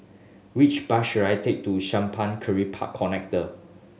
which bus should I take to Simpang Kiri Park Connector